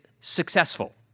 successful